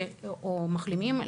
או מחלימים.